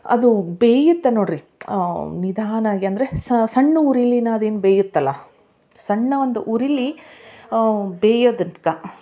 ಅದು ಬೇಯುತ್ತೆ ನೋಡಿರಿ ನಿಧಾನಾಗಿ ಅಂದರೆ ಸಣ್ಣ ಉರೀಲಿನೇ ಅದೇನು ಬೇಯುತ್ತಲ್ಲ ಸಣ್ಣ ಒಂದು ಉರೀಲಿ ಬೇಯೋದಕ್ಕೆ